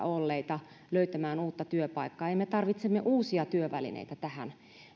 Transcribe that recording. olleita löytämään uutta työpaikkaa ja me tarvitsemme uusia työvälineitä tähän mitä